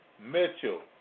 Mitchell